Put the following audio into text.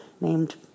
named